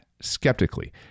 skeptically